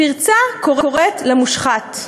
פרצה קוראת למושחת.